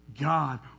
God